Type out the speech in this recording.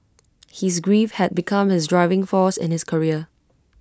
his grief had become his driving force in his career